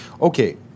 Okay